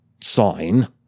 Sign